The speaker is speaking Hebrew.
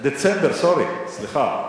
דצמבר, sorry, סליחה.